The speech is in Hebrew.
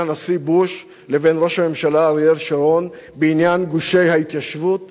הנשיא בוש לבין ראש הממשלה אריאל שרון בעניין גושי ההתיישבות